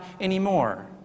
anymore